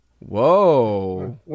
Whoa